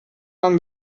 man